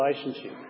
relationship